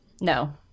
No